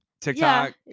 tiktok